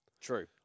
True